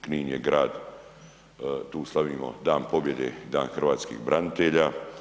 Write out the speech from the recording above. Knin je grad, tu slavimo Dan pobjede i Dan hrvatskih branitelja.